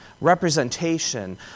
representation